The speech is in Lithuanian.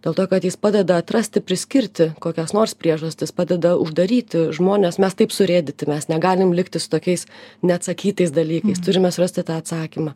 dėl to kad jis padeda atrasti priskirti kokias nors priežastis padeda uždaryti žmones mes taip surėdyti mes negalim likti su tokiais neatsakytais dalykais turime surasti tą atsakymą